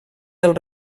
del